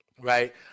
right